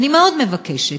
ואני מאוד מבקשת